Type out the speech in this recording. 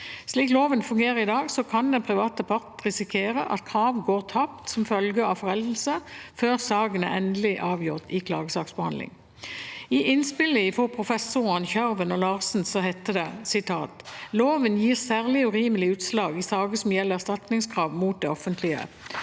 Slik loven fungerer i dag, kan den private part risikere at krav går tapt som følge av foreldelse før saken er endelig avgjort i en klagesaksbehandling. I innspillene fra professorene Kjørven og Larsen heter det: «Loven gir særlig urimelig utslag i saker som gjelder erstatningskrav mot det offentlige.